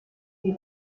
die